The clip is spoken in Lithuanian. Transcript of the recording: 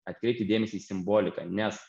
atkreipti dėmesį į simboliką nes